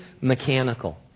mechanical